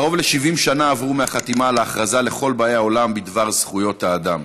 קרוב ל-70 שנה עברו מהחתימה על ההכרזה לכל באי עולם בדבר זכויות האדם.